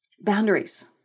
boundaries